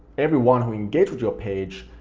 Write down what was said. everyone who engaged with your page,